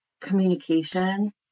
communication